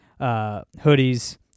hoodies